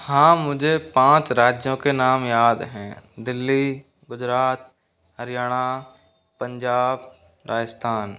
हाँ मुझे पाँच राज्यों के नाम याद हैं दिल्ली गुजरात हरियाणा पंजाब राजस्थान